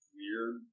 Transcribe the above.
weird